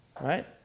Right